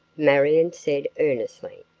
marion said earnestly,